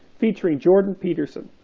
featuring jordan peterson,